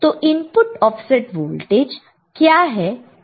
तो input offset voltage क्या है यह हम जानते हैं